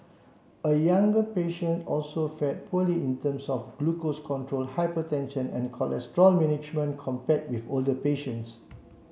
a younger patient also fared poorly in terms of glucose control hypertension and cholesterol management compare with older patients